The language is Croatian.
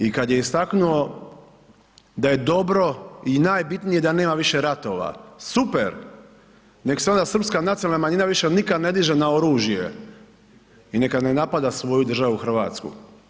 I kad je istaknuo da je dobro i najbitnije da nema više ratova, super, nek sada srpska nacionalna manjina više nikad ne diže na oružje i neka ne napada svoju državu RH.